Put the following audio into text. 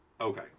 okay